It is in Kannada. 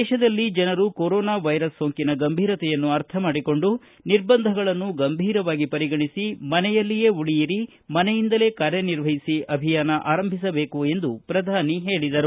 ದೇತದಲ್ಲಿ ಜನರು ಕೊರೊನಾ ವೈರಸ್ ಸೋಂಕಿನ ಗಂಭೀರತೆಯನ್ನು ಅರ್ಥಮಾಡಿಕೊಂಡು ನಿರ್ಬಂಧಗಳನ್ನು ಗಂಭೀರವಾಗಿ ಪರಿಗಣಿಸಿ ಮನೆಯಲ್ಲಿಯೇ ಉಳಿಯಿರಿ ಮನೆಯಿಂದಲೇ ಕಾರ್ಯನಿರ್ವಹಿಸಿ ಅಭಿಯಾನ ಆರಂಭಿಸಬೇಕು ಎಂದು ಪ್ರಧಾನಿ ಹೇಳಿದರು